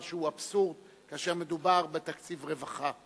שהוא אבסורד כאשר מדובר בתקציב רווחה.